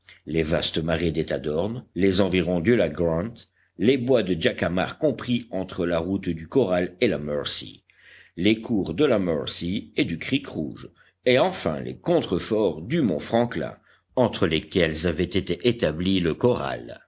les vastes marais des tadornes les environs du lac grant les bois de jacamar compris entre la route du corral et la mercy les cours de la mercy et du creek rouge et enfin les contreforts du mont franklin entre lesquels avait été établi le corral